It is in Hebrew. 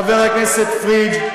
חבר הכנסת פריג',